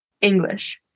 English